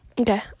Okay